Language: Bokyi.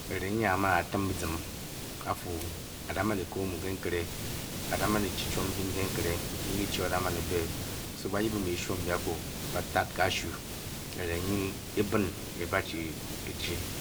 Erenghe nyia a mana tim bizim a fuaada. man e koo omu ke nkere. aadaman e chi chiom nkin ke nkere. nki ki-chia o o da man e be-e so ba yip byishuo mbi akwu ba kashu erenghe nyi ebine–e ba chi e–chi